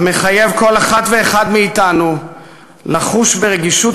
שמחייב כל אחת ואחד מאתנו לחוש ברגישות